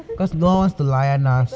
cause no one wants to answer us